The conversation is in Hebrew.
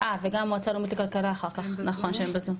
וגם המועצה הלאומית לכלכלה אחר כך, שהם בזום.